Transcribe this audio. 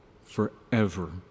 forever